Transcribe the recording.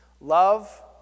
Love